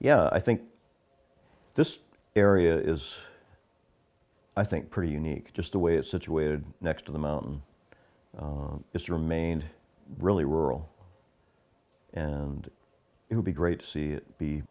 yeah i think this area is i think pretty unique just the way it's situated next to the mountain it's remained really rural and it would be great to see it be